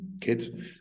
kids